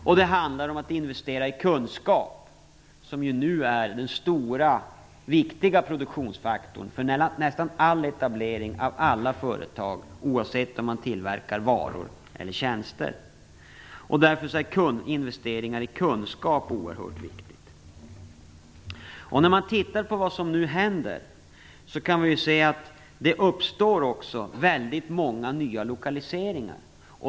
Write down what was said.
Och det handlar om att investera i kunskap som ju nu är den stora och viktiga produktionsfaktorn för nästan all etablering av alla företag, oavsett om man tillverkar varor eller tjänster. Därför är investeringar i kunskap oerhört viktiga. När man tittar på vad som nu händer kan man se att det också uppstår många nya lokaliseringar.